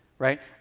right